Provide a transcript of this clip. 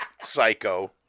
psycho